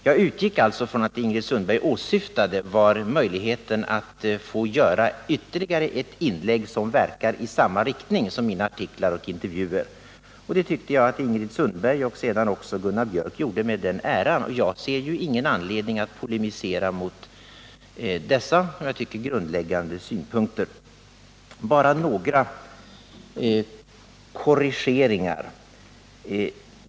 Jag utgick alltså från att det som Ingrid Sundberg syftade till var att få göra ytterligare ett inlägg som verkar i samma riktning som mina artiklar och intervjuer. Det tyckte jag också att Ingrid Sundberg och senare Gunnar Biörck i Värmdö gjorde med den äran, och jag ser ingen anledning att polemisera mot dessa, som jag tycker, grundläggande synpunkter. Bara några korrigeringar.